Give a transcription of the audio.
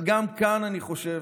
אבל גם כאן אני חושב